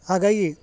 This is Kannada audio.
ಹಾಗಾಗಿ